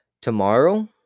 tomorrow